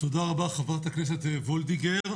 תודה רבה חברת הכנסת וולדיגר.